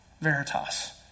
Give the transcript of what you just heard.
Veritas